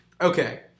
Okay